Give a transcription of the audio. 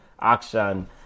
action